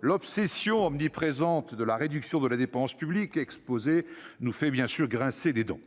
l'obsession omniprésente de la réduction de la dépense publique exposée nous fait évidemment grincer des dents.